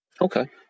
Okay